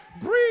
Breathe